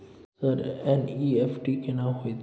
Sir NEFT केना होयत छै?